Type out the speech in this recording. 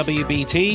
wbt